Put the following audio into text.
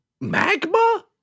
magma